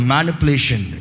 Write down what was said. Manipulation